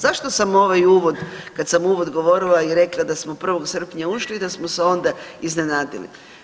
Zašto sam ovaj uvod kad sam uvod govorila i rekla da smo 1. srpnja ušli i da smo se onda iznenadili?